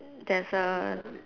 there's a